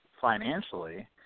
financially